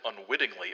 unwittingly